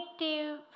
negative